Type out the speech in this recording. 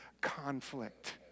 conflict